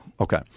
Okay